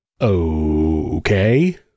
Okay